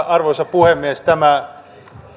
arvoisa puhemies tämä